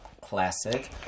classic